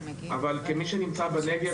אבל כמי שנמצא בנגב,